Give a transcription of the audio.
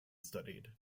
studied